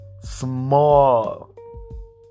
small